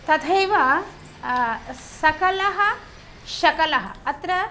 तथैव सकलः शकलः अत्र